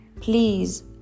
please